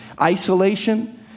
isolation